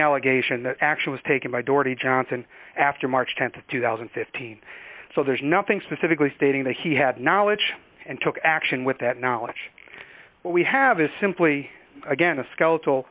allegation that action was taken by dorothy johnson after march th two thousand and fifteen so there's nothing specifically stating that he had knowledge and took action with that knowledge what we have is simply again a skeletal